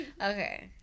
Okay